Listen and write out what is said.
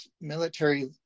military